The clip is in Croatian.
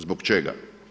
Zbog čega?